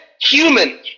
human